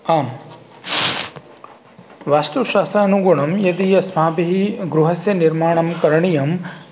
आं वास्तुशास्त्रानुगुणं यदि अस्माभिः गृहस्य निर्माणं करणीयं चेत्